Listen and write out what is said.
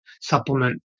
supplement